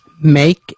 Make